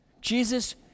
Jesus